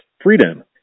freedom